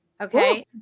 Okay